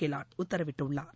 கெலாட் உத்தரவிட்டுள்ளார்